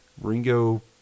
Ringo